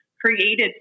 created